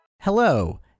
Hello